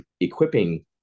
equipping